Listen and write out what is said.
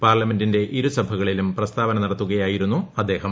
പാർലമെന്റിന്റെ ഇരുസഭകളിലും പ്രസ്താവന നടത്തുകയായിരുന്നു അദ്ദേഹം